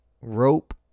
rope